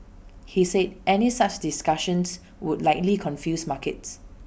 he said any such discussions would likely confuse markets